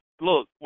Look